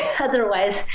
otherwise